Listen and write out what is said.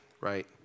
right